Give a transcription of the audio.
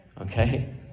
Okay